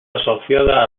asociada